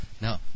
No